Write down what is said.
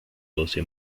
doce